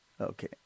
Okay